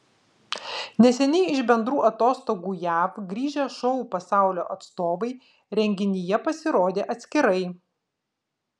neseniai iš bendrų atostogų jav grįžę šou pasaulio atstovai renginyje pasirodė atskirai